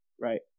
right